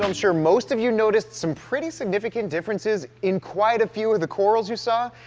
um sure most of you noticed some pretty significant differences in quite a few of the corals you saw,